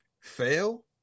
fail